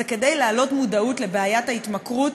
זה כדי להעלות את המודעות לבעיית ההתמכרות,